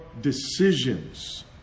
decisions